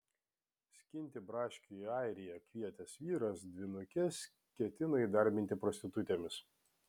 skinti braškių į airiją kvietęs vyras dvynukes ketino įdarbinti prostitutėmis